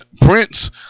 Prince